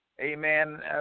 amen